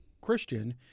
Christian